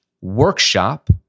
workshop